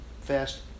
fast